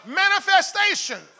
manifestation